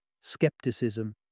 skepticism